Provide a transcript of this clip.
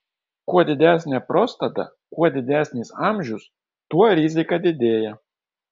kuo didesnė prostata kuo didesnis amžius tuo rizika didėja